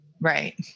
Right